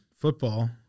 football